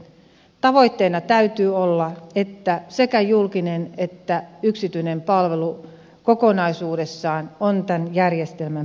tavoitteena täytyy olla että sekä julkinen että yksityinen palvelu kokonaisuudessaan ovat tämän järjestelmän piirissä